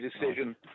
decision